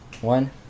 one